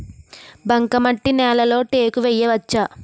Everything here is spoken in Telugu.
బంకమట్టి నేలలో టేకు వేయవచ్చా?